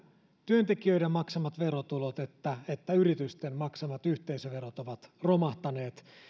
työntekijöiden maksamat verotulot että että yritysten maksamat yhteisöverot romahtaneet